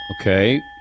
Okay